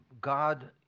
God